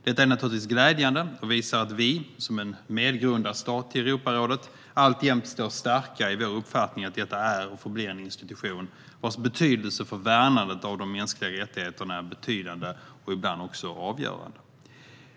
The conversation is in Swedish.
Detta är naturligtvis glädjande och visar att vi, som en medgrundarstat till Europarådet, alltjämt står starka i vår uppfattning att detta är och förblir en institution vars betydelse för värnandet av de mänskliga rättigheterna är betydande och ibland avgörande.